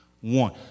one